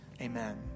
Amen